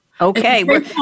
Okay